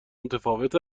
متفاوت